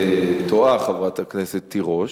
את טועה, חברת הכנסת תירוש.